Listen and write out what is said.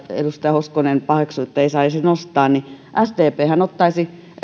edustaja hoskonen paheksuitte ja joita ei saisi nostaa se että sdphän ottaisi